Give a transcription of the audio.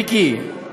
מיקי,